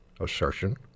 assertion